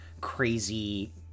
crazy